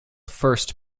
first